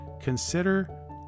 consider